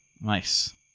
nice